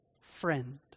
friend